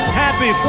happy